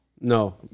No